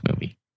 movie